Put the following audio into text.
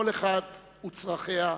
כל אחת וצרכיה,